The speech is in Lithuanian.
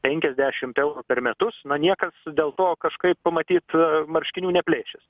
penkiasdešimt eurų per metus na niekas dėl to kažkaip matyt marškinių neplėšys